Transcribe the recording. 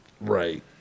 Right